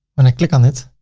when i click on it,